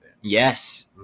Yes